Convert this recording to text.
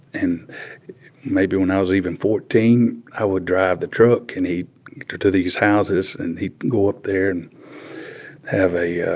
and maybe when i was even fourteen i would drive the truck and he'd to to these houses. and he'd go up there and have a